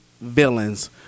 villains